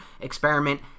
experiment